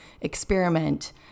experiment